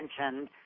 mentioned